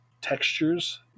textures